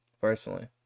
personally